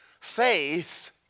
Faith